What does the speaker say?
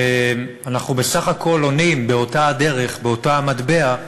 שאנחנו בסך הכול עונים באותה הדרך, באותו המטבע,